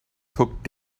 took